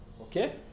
Okay